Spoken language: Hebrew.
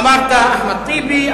אמרת אחמד טיבי,